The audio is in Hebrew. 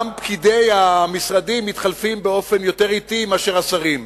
גם פקידי המשרדים מתחלפים באופן יותר אטי מהשרים.